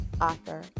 Author